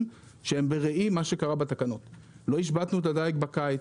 שהם בראי מה שקרה בתקנות לא השבתנו את הדיג בקיץ,